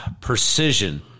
precision